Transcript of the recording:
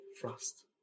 Frost